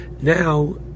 Now